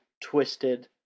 twisted